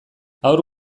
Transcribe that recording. haur